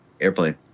airplane